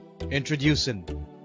Introducing